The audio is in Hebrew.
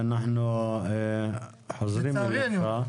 אנחנו חוזרים לוועדה,